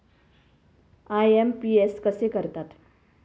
IMPS कसे करतात?